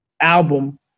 album